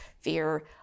fear